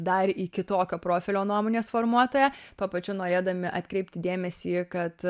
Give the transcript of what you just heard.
dar į kitokio profilio nuomonės formuotoją tuo pačiu norėdami atkreipti dėmesį kad